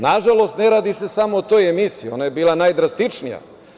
Nažalost, ne radi se samo o toj emisiji, ona je bila najdrastičnija.